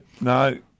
no